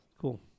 cool